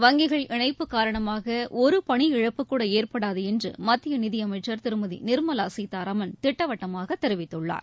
வங்கிகள் இணைப்பு காரணமாக ஒரு பணி இழப்புக்கூட ஏற்படாது என்று மத்திய நிதியமைச்சர் திருமதி நிர்மலா சீதாராமன் திட்டவட்டமாக தெரிவித்துள்ளார்